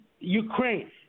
Ukraine